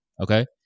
okay